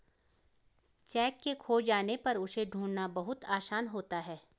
cheque के खो जाने पर उसे ढूंढ़ना बहुत आसान होता है